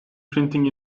printing